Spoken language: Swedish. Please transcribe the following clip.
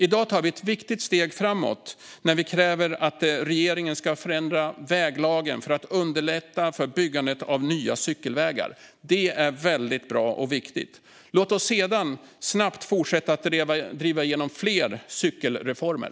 I dag tar vi ett viktigt steg framåt när vi kräver att regeringen ska förändra väglagen för att underlätta byggandet av nya cykelvägar. Det är bra och viktigt. Låt oss sedan snabbt fortsätta att driva igenom fler cykelreformer.